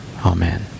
Amen